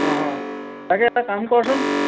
অঁ অঁ তাকে এটা কাম কৰচোন